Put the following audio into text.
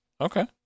Okay